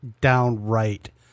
downright